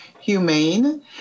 humane